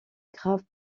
graves